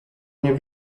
nie